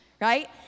right